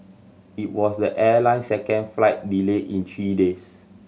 it was the airline's second flight delay in three days